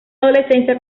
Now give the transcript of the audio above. adolescencia